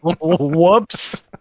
whoops